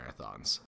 marathons